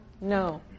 No